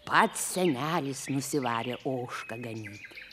pats senelis nusivarė ožką ganyt